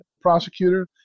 prosecutor